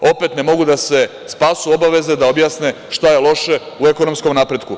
Opet ne mogu da se spasu obaveze da objasne šta je loše u ekonomskom napretku.